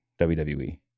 WWE